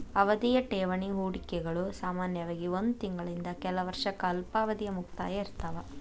ಅವಧಿಯ ಠೇವಣಿ ಹೂಡಿಕೆಗಳು ಸಾಮಾನ್ಯವಾಗಿ ಒಂದ್ ತಿಂಗಳಿಂದ ಕೆಲ ವರ್ಷಕ್ಕ ಅಲ್ಪಾವಧಿಯ ಮುಕ್ತಾಯ ಇರ್ತಾವ